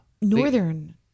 northern